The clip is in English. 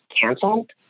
canceled